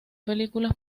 películas